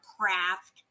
craft